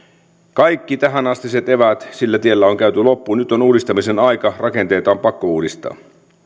kaikki tä hänastiset eväät sillä tiellä on käyty loppuun nyt on uudistamisen aika rakenteita on pakko uudistaa